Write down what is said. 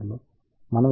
మనం ఇక్కడ పొందినది 2